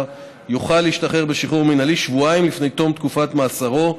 יוכל להשתחרר בשחרור מינהלי שבועיים לפני תום תקופת מאסרו,